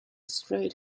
straight